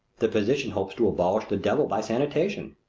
the physician hopes to abolish the devil by sanitation.